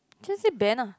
just say Ben ah